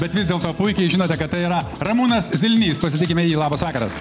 bet vis dėlto puikiai žinote kad tai yra ramūnas zilnys pasitikime jį labas vakaras